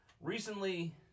Recently